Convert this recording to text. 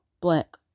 Black